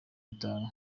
bitanu